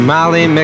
Molly